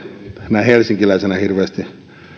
näin helsinkiläisenä hirveästi